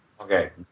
Okay